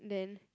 then